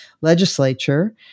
legislature